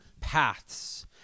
paths